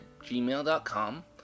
gmail.com